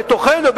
בתוכנו,